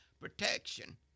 protection